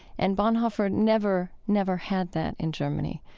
and bonhoeffer never, never had that in germany